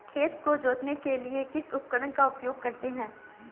खेत को जोतने के लिए किस उपकरण का उपयोग करते हैं?